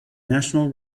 national